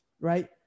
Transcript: right